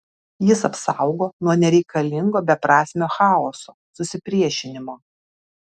jis apsaugo nuo nereikalingo beprasmio chaoso susipriešinimo